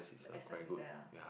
the essence is there ah